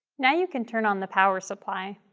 now you can turn on the power supply